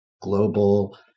global